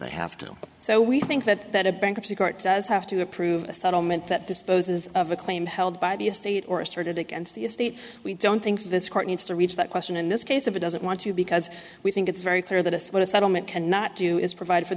they have to so we think that a bankruptcy court does have to approve a settlement that disposes of a claim held by the estate or asserted against the estate we don't think this court needs to reach that question in this case if it doesn't want to because we think it's very clear that a sort of settlement cannot do is provide for